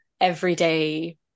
everyday